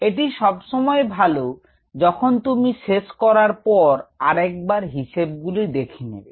এটি সব সময় ভালো যখন তুমি শেষ করার পর আরেকবার হিসেব গুলি দেখে নেবে